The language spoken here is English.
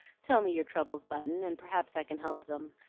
tell me your troubles, button, and perhaps i can help them,